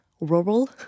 rural